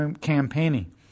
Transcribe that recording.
campaigning